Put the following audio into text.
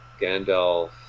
Gandalf